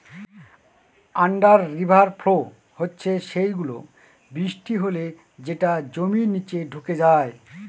under river flow হচ্ছে সেই গুলো, বৃষ্টি হলে যেটা জমির নিচে ঢুকে যায়